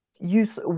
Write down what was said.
use